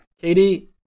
Katie